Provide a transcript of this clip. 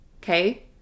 Okay